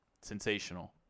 Sensational